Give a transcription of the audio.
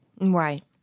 Right